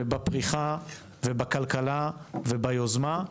בפריחה, בכלכלה, וביוזמה.